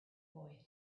boy